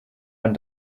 man